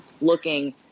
looking